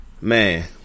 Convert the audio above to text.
Man